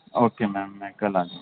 okay ma'am میں کل آتا ہوں